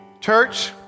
Church